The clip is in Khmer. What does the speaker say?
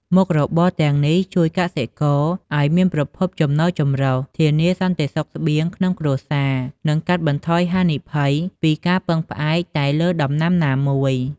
មុខរបរទាំងនេះជួយកសិករឱ្យមានប្រភពចំណូលចម្រុះ ធានាសន្តិសុខស្បៀងក្នុងគ្រួសារ និងកាត់បន្ថយហានិភ័យពីការពឹងផ្អែកតែលើដំណាំណាមួយ។